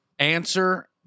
Answer